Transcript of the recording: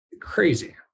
crazy